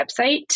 website